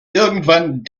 irgendwann